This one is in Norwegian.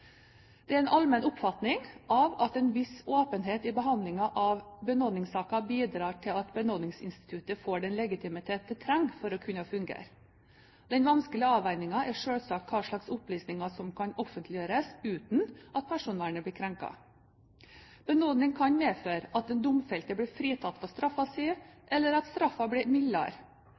Det er en allmenn oppfatning at en viss åpenhet i behandlingen av benådningssaker bidrar til at benådningsinstituttet får den legitimitet det trenger for å kunne fungere. Den vanskelige avveiningen er selvsagt hvilke opplysninger som kan offentliggjøres uten at personvernet blir krenket. Benådning kan medføre at den domfelte blir fritatt for straffen sin, eller at straffen blir mildere.